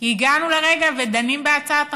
כי הגענו לרגע שדנים בהצעת החוק.